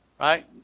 right